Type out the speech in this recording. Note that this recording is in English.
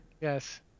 Yes